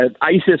isis